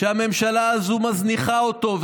שהממשלה הזו מזניחה אותם.